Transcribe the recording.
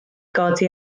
godi